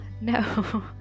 No